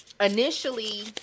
initially